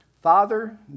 Father